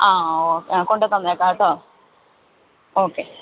അ ഒ കൊണ്ട് തന്നേക്കാം കേട്ടോ ഓക്കേ